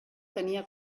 tenia